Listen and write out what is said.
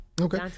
okay